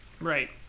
Right